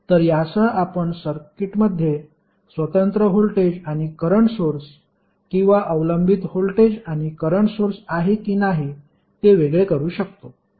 तर यासह आपण सर्किटमध्ये स्वतंत्र व्होल्टेज आणि करंट सोर्स किंवा अवलंबित व्होल्टेज आणि करंट सोर्स आहे की नाही ते वेगळे करू शकतो